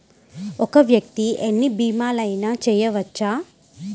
ఒక్క వ్యక్తి ఎన్ని భీమలయినా చేయవచ్చా?